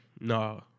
No